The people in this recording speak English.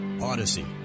Odyssey